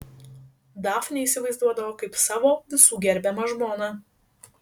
dafnę įsivaizduodavo kaip savo visų gerbiamą žmoną